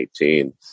2018